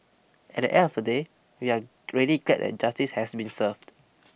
at the end of the day we are really glad that justice has been served